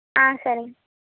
ஆ சரிங்க